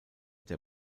der